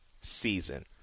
season